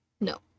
No